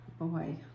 boy